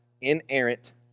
inerrant